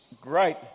great